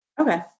Okay